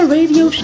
Radio